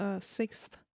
sixth